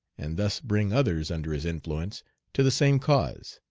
and thus bring others under his influence to the same cause.